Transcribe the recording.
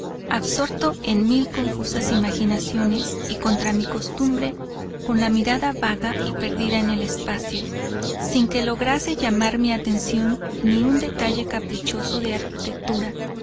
absorto en mil confusas imaginaciones y contra mi costumbre con la mirada vaga y perdida en el espacio sin que lograse llamar mi atención ni un detalle caprichoso de arquitectura